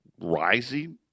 rising